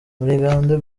murigande